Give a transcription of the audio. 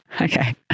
Okay